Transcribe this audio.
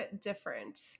different